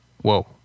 whoa